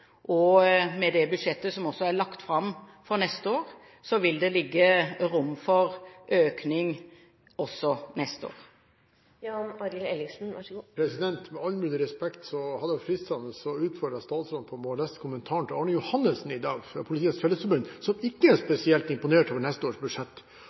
og med det budsjettet som er lagt fram for neste år, vil det ligge rom for økning også neste år. Med all mulig respekt, det hadde vært fristende å utfordre statsråden på om hun har lest kommentaren til Arne Johannessen i dag fra Politiets Fellesforbund, som ikke er